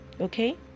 Okay